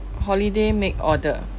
holiday make order